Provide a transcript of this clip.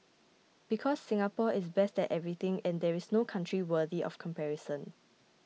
because Singapore is best at everything and there is no country worthy of comparison